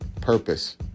purpose